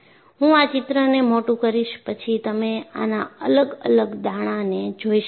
હું આ ચિત્રને મોટું કરીશ પછી તમે આના અલગ અલગ દાણાને જોઈ શકશો